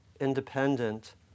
independent